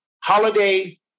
holiday